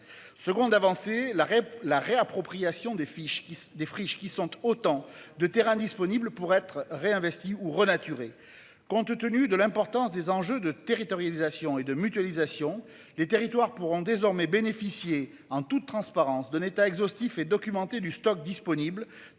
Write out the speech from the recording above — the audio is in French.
seconde avancer l'arrêt la réappropriation des fiches qui défrichent qui sont autant de terrain disponible pour être réinvestis ou renaturer. Compte tenu de l'importance des enjeux de territorialisation et de mutualisation des territoires pourront désormais bénéficier en toute transparence de l'État exhaustif et documenté du stock disponible.